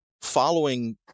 following